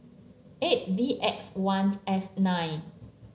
eight V X one F nine